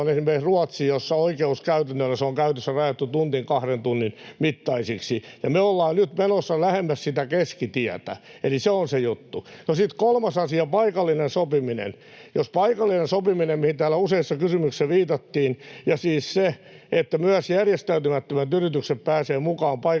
on esimerkiksi Ruotsi, jossa oikeuskäytännöllä ne on käytännössä rajattu tunnin kahden mittaisiksi, ja me ollaan nyt menossa lähemmäs sitä keskitietä. Eli se on se juttu. No sitten kolmas asia, paikallinen sopiminen, mihin täällä useassa kysymyksessä viitattiin, ja siis se, että myös järjestäytymättömät yritykset pääsevät mukaan paikalliseen